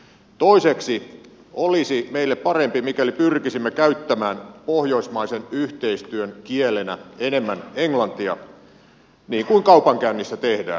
toiseksi olisi meille parempi mikäli pyrkisimme käyttämään pohjoismaisen yhteistyön kielenä enemmän englantia niin kuin kaupankäynnissä tehdään